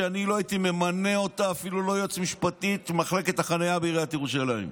שאני לא הייתי ממנה אותה אפילו למחלקת החניה בעיריית ירושלים.